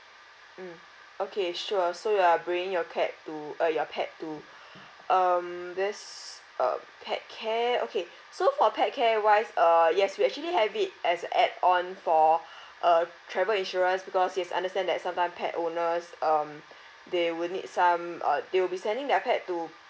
mm okay sure so you are bringing your cat to uh your pet to um this uh pet care okay so for pet care wise uh yes we actually have it as a add on for uh travel insurance because yes understand that sometime pet owners um they will need some uh they will be sending their pet to